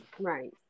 Right